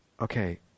Okay